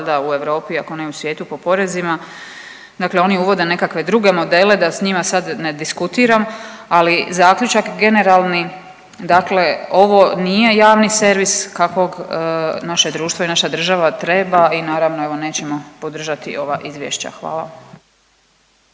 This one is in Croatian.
u Europi ako ne i u svijetu po porezima. Dakle, oni uvode nekakve druge modele da s njima sad ne diskutiram, ali zaključak generalni dakle ovo nije javni servis kakvog naše društvo i naša država treba i naravno evo nećemo podržati ova izvješća. Hvala.